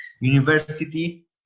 university